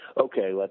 okay